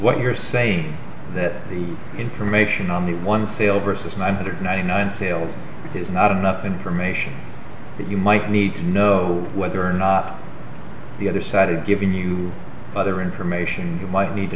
what you're saying that information on one sale versus nine hundred ninety nine sales is not enough information that you might need to know whether or not the other side of giving you other information might need to